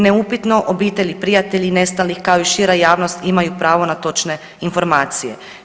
Neupitno obitelji i prijatelji nestalih, kao i šira javnost imaju pravo na točne informacije.